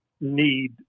need